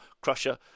crusher